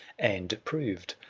and proved,